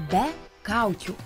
be kaukių